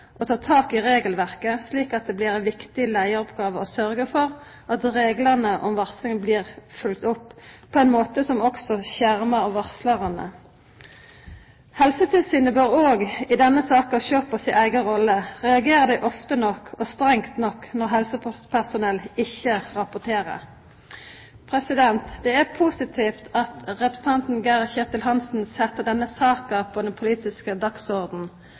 ta tak i regelverket, slik at det blir ei viktig leiaroppgåve å sørgja for at reglane om varsling blir følgde opp på ein måte som også skjermar varslarane. Helsetilsynet bør òg i denne saka sjå på si eiga rolle. Reagerer dei ofte nok og strengt nok når helsepersonell ikkje rapporterer? Det er positivt at representanten Geir-Ketil Hansen set denne saka på den politiske